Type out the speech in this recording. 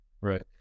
Right